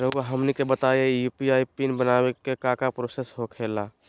रहुआ हमनी के बताएं यू.पी.आई पिन बनाने में काका प्रोसेस हो खेला?